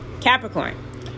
capricorn